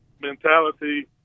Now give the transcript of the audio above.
mentality